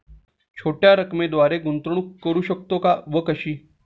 छोट्या रकमेद्वारे गुंतवणूक करू शकतो का व कशी?